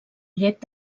llet